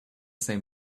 same